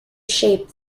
shape